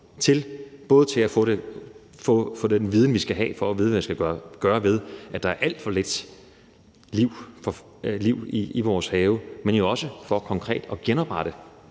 både til at få den viden, vi skal have for at vide, hvad vi skal gøre ved, at der er alt for lidt liv i vores have, men jo også for konkret at genoprette